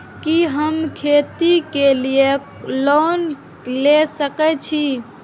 कि हम खेती के लिऐ लोन ले सके छी?